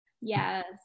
yes